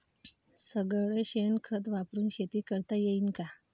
सगळं शेन खत वापरुन शेती करता येईन का?